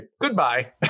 goodbye